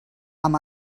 amb